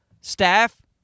staff